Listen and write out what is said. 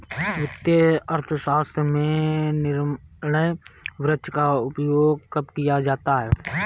वित्तीय अर्थशास्त्र में निर्णय वृक्ष का उपयोग कब किया जाता है?